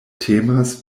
temas